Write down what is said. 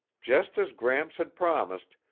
just as gramps had promised,